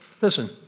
Listen